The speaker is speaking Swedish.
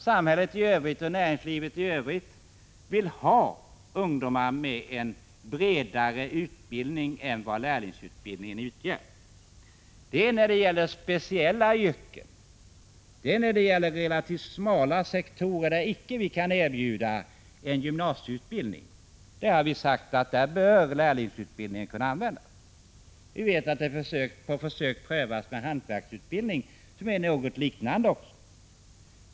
Samhället i övrigt — och näringslivet — vill ha ungdomar med en bredare utbildning än vad lärlingsutbildningen ger. Vi har sagt att när det gäller speciella yrken, relativt smala sektorer där vi icke kan erbjuda en gymnasieutbildning, bör lärlingsutbildning kunna användas. På försök prövas hantverksutbildning, som är något liknande.